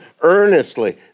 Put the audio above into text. earnestly